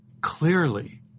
clearly